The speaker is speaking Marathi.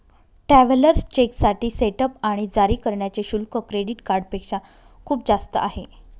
ट्रॅव्हलर्स चेकसाठी सेटअप आणि जारी करण्याचे शुल्क क्रेडिट कार्डपेक्षा खूप जास्त आहे